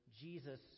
Jesus